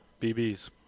BBs